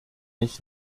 ich